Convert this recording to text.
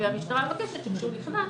המשטרה מבקשת שכשהוא נכנס